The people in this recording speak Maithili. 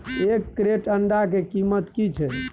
एक क्रेट अंडा के कीमत की छै?